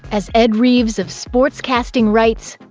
as ed reeves of sportscasting writes,